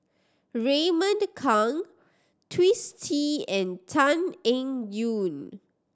Raymond Kang Twisstii and Tan Eng Yoon